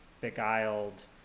beguiled